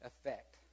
effect